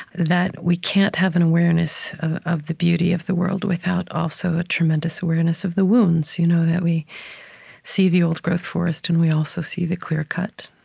that we can't have an awareness of of the beauty of the world without also a tremendous awareness of the wounds. you know that we see the old growth forest and we also see the clear cut.